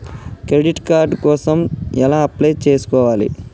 Credit card కోసం ఎలా apply చేసుకోవాలి?